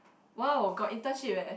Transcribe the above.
!wow! got internship eh